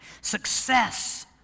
success